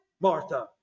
Martha